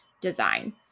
design